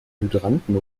hydranten